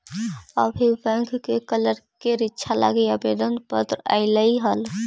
अभी बैंक के क्लर्क के रीक्षा लागी आवेदन पत्र आएलई हल